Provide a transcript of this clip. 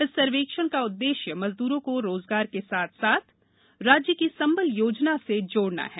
इस सर्वेक्षण का उद्दष्टय मजदूरों को रोजगार का साथ साथ राज्य की संबल योजना सा जोड़ना है